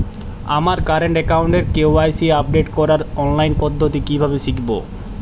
আমার কারেন্ট অ্যাকাউন্টের KYC update করার অনলাইন পদ্ধতি কীভাবে শিখব?